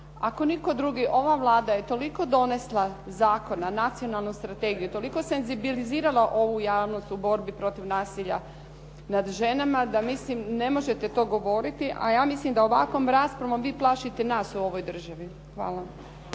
Ako nitko drugi ova Vlada je toliko donijela zakona, nacionalnu strategiju, toliko senzibilizirala ovu javnost u borbi protiv nasilja nad ženama da mislim ne možete to govoriti a ja mislim da ovakvom raspravom vi plašite nas u ovoj državi. Hvala.